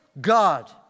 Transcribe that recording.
God